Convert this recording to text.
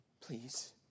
please